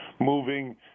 moving